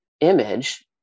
image